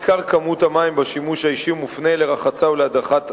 עיקר כמות המים בשימוש האישי מופנה לרחצה ולהדחת אסלות.